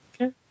okay